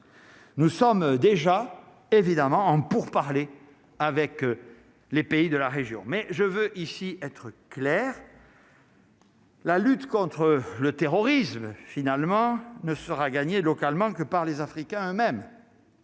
Nous sommes déjà évidemment en pourparlers avec les pays de la région, mais je veux ici être clair. La lutte contre le terrorisme, finalement ne sera gagnée localement que par les Africains eux-mêmes.